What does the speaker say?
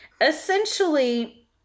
Essentially